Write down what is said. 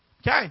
Okay